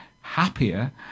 happier